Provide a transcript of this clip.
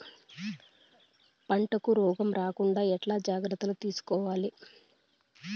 పంటకు రోగం రాకుండా ఎట్లా జాగ్రత్తలు తీసుకోవాలి?